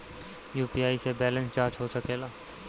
UPI से balance जाँच हो सके ला?